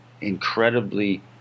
incredibly